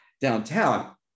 downtown